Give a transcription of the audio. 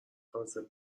تازه